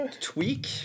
tweak